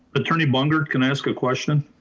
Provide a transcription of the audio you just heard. attorney bungert, can i ask a question?